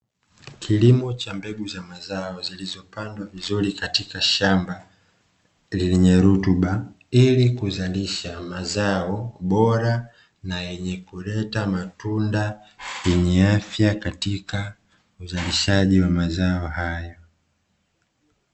Kilimo cha mbegu za mazao zilozopandwa vizuri katika shamba lenye rotuba, ili kuzalisha mazao bora na yenye kuleta matunda yenye afya katika uzalishaji wa mazao haya.